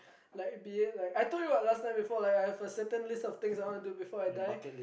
like be it like I told you what last time before like I have a certain list of things I wanna do before I die